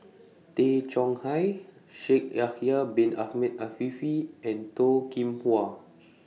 Tay Chong Hai Shaikh Yahya Bin Ahmed Afifi and Toh Kim Hwa